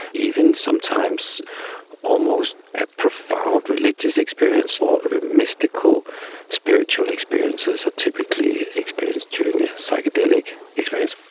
even sometimes almost a profound religious experience or mystical spiritual experiences are typically experienced during a psychedelic experience.